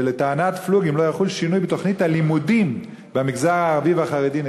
שלטענת פלוג אם לא יחול שינוי בתוכנית הלימודים במגזר הערבי והחרדי,